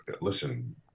listen